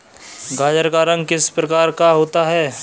गाजर का रंग किस प्रकार का होता है?